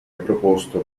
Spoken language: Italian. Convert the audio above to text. proposto